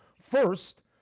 First